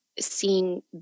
seeing